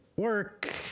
work